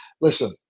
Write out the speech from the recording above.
listen